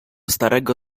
starego